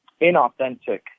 inauthentic